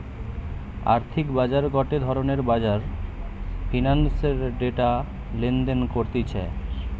আর্থিক বাজার গটে ধরণের বাজার ফিন্যান্সের ডেটা লেনদেন করতিছে